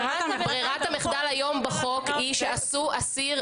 ברירת המחדל היום בחוק היא שאסיר